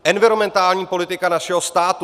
Environmentální politika našeho státu.